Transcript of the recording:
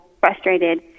frustrated